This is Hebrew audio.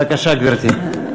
בבקשה, גברתי.